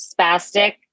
spastic